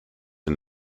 and